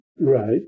Right